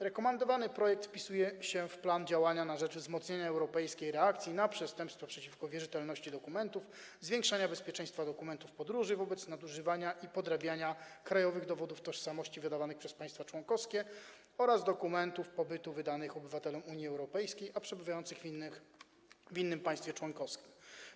Rekomendowany projekt wpisuje się w plan działania na rzecz wzmocnienia europejskiej reakcji na przestępstwo przeciwko wierzytelności dokumentów, zwiększania bezpieczeństwa dokumentów podróży wobec nadużywania i podrabiania krajowych dowodów tożsamości wydawanych przez państwa członkowskie oraz dokumentów pobytu wydanych obywatelom Unii Europejskiej przebywającym w innym państwie członkowskim.